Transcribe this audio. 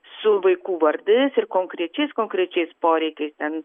su vaikų vardais ir konkrečiais konkrečiais poreikiais ten